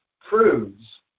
proves